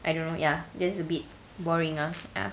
I don't know ya gets a bit boring ah ya